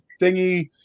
thingy